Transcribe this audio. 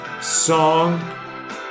song